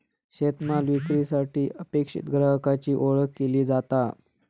शेतमाल विक्रीसाठी अपेक्षित ग्राहकाची ओळख केली जाता